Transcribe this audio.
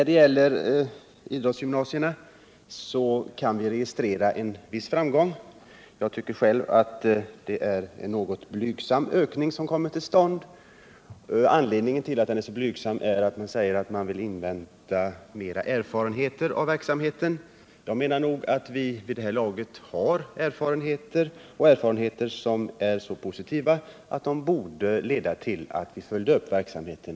Beträffande idrottsgymnasierna kan vi registrera en viss framgång. Men jag tycker själv att det är en något blygsam ökning som kommer till stånd. Anledningen till att den är så blygsam är enligt vad utskottet säger att man vill invänta mer erfarenheter av verksamheten. Jag menar nog att vi vid det här laget har erfarenheter som är så positiva att de borde leda till att vi följer upp verksamheten.